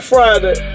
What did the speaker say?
Friday